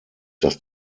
dass